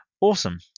awesome